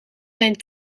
zijn